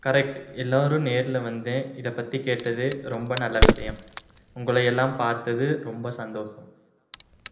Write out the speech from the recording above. correct எல்லோரும் நேரில் வந்தேன் இதை பற்றி கேட்டது ரொம்ப நல்ல விஷயம் உங்களயெல்லாம் பார்த்தது ரொம்ப சந்தோஷம்